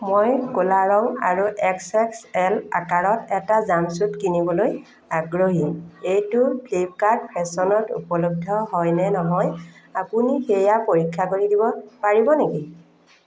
মই ক'লা ৰঙ আৰু এক্স এক্স এল আকাৰত এটা জাম্পছুট কিনিবলৈ আগ্ৰহী এইটো ফ্লিপকাৰ্ট ফেশ্বনত উপলব্ধ হয় নে নহয় আপুনি সেয়া পৰীক্ষা কৰিব দিব পাৰিব নেকি